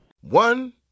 One